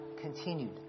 continued